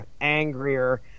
angrier